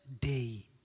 day